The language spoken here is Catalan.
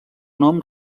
nom